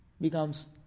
becomes